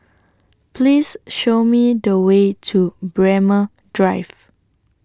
Please Show Me The Way to Braemar Drive